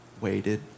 waited